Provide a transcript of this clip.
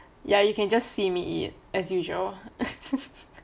ya you can just see me eat as usual